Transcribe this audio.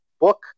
book